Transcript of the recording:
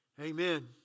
Amen